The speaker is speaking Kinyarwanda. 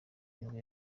nibwo